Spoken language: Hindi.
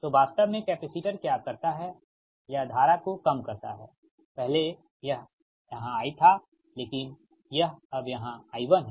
तो वास्तव में कैपेसिटर क्या करता है या धारा को कम करता है पहले यह यहां I था लेकिन या अब यह I1 है